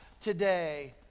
today